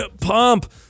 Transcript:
Pump